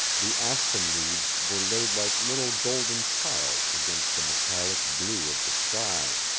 the aspen leaves were laid like little golden tiles against the metallic blue of the sky.